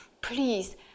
please